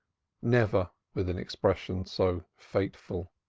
never with an expression so fateful.